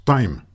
Time